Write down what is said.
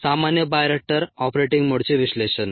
सामान्य bioreactor operating मोडचे विश्लेषण